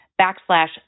backslash